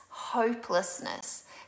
hopelessness